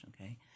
okay